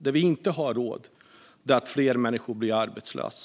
Det vi inte har råd med är att fler människor blir arbetslösa.